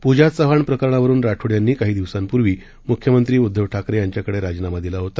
पूजा चव्हाण प्रकरणावरून राठोड यांनी काही दिवसांपूर्वी मुख्यमंत्री उद्धव ठाकरे यांच्याकडे राजीनामा दिला होता